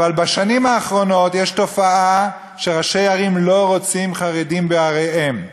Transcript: אבל בשנים האחרונות יש תופעה שראשי ערים לא רוצים חרדים בעריהם,